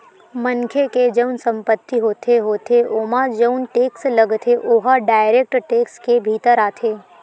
मनखे के जउन संपत्ति होथे होथे ओमा जउन टेक्स लगथे ओहा डायरेक्ट टेक्स के भीतर आथे